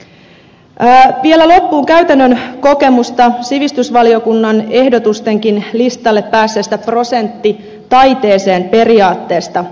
vielä loppuun käytännön kokemusta sivistysvaliokunnan ehdotusten listallekin päässeestä prosentti taiteeseen periaatteesta